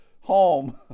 home